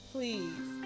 Please